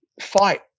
fight